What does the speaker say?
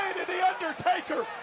and the undertaker